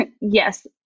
Yes